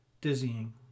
dizzying